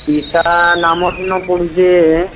ପଇସା ଆମର ଇନ ପଡୁ଼ଛେ